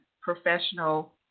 professional